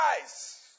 guys